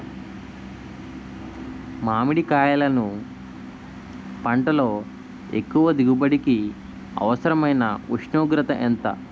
మామిడికాయలును పంటలో ఎక్కువ దిగుబడికి అవసరమైన ఉష్ణోగ్రత ఎంత?